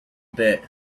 bit